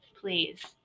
please